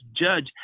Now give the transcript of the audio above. judge